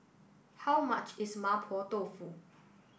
how much is Mapo Tofu